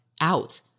out